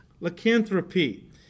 lycanthropy